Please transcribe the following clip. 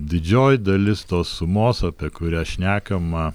didžioji dalis tos sumos apie kurią šnekama